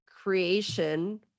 Creation